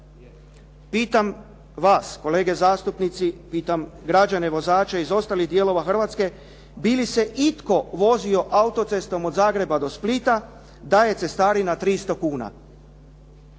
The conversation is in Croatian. Pitam vas kolege zastupnici, pitam građane vozače iz ostalih dijelova Hrvatske, bi li se itko vozio autocestom od Zagreba do Splita da je cestarina 300 kuna?